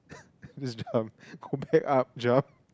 just jump go back up jump